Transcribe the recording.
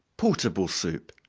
portable soup.